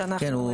כן.